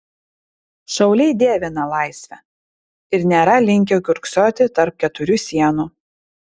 šauliai dievina laisvę ir nėra linkę kiurksoti tarp keturių sienų